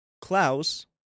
Klaus